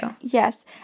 yes